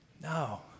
No